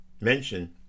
mention